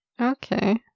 Okay